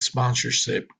sponsorship